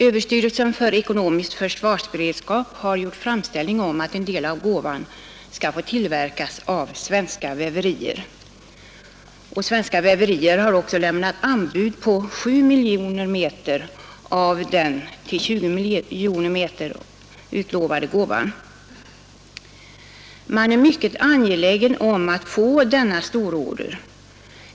Överstyrelsen för ekonomisk försvarsberedskap har gjort framställning om att en del av gåvan skall få tillverkas av svenska väverier, och svenska väverier har också lämnat anbud på 7 miljoner meter av den till 20 miljoner meter utlovade gåvan. Man är mycket angelägen om att få denna stororder.